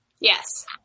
yes